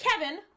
Kevin